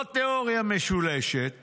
לא תיאוריה משולשת